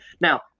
now